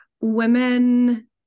women